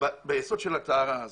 ביסוד של הטהרה הזאת.